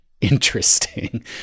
interesting